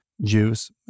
use